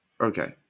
Okay